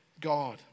God